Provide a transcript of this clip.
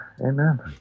amen